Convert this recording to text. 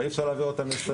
ואי אפשר להעביר אותן לישראל.